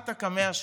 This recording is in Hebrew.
את הקמע שלי.